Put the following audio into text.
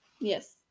Yes